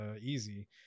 easy